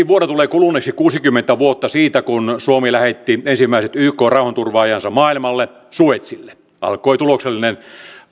vuonna tulee kuluneeksi kuusikymmentä vuotta siitä kun suomi lähetti ensimmäiset yk rauhanturvaajansa maailmalle suezille alkoi tuloksellinen